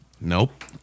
Nope